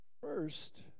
First